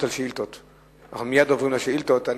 747,